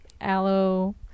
Aloe